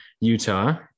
Utah